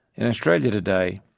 in australia today,